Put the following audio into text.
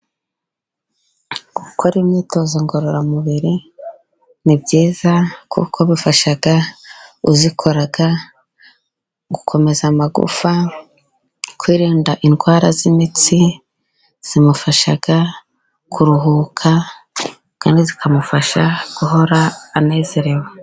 Gukora imyitozo ngororamubiri ni byiza, kuko bifasha uyikora gukomeza amagufa, kwirinda indwara z'imitsi, imufasha kuruhuka, kandi ikamufasha guhora anezerewe.